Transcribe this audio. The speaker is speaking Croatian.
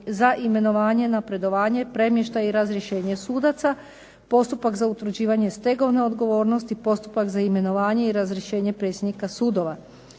za imenovanje, napredovanje, premještaj i razrješenje sudaca, postupak za utvrđivanje stegovne odgovornost, postupak za imenovanje i razrješenje predsjednika sudova.